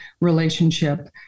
relationship